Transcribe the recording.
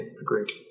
agreed